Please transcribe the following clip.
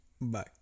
bye